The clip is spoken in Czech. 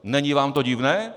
Není vám to divné?